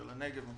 של הנגב,